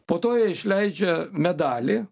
po to jie išleidžia medalį